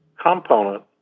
component